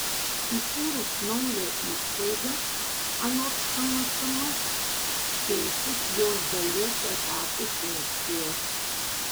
įkūrus naują įstaigą anot šmsm keisis jos dalies etatų funkcijos